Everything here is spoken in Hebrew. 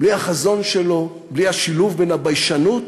בלי החזון שלו, בלי השילוב בין הביישנות